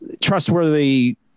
trustworthy